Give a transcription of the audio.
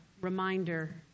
reminder